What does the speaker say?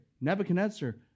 Nebuchadnezzar